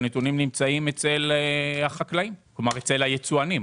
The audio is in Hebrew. הנתונים נמצאים אצל החקלאים, כלומר אצל היצואנים.